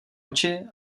oči